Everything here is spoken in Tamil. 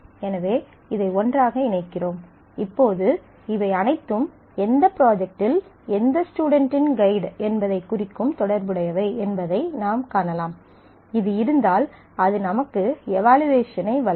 எனவே இதை ஒன்றாக இணைக்கிறோம் இப்போது இவை அனைத்தும் எந்த ப்ராஜெக்ட்டில் எந்த ஸ்டுடென்ட்டின் ஃகைட் என்பதைக் குறிக்கும் தொடர்புடையவை என்பதை நாம் காணலாம் இது இருந்தால் அது நமக்கு எவலுயேசனை வழங்கும்